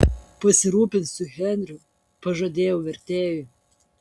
pasirūpinsiu henriu pažadėjau vertėjui